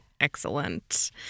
Excellent